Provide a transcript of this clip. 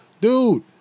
Dude